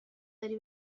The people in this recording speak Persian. داری